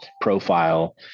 profile